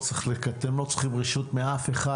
אתם לא צריכים רשות מאף אחד,